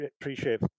appreciate